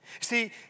See